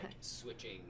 switching